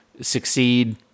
succeed